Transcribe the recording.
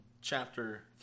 chapter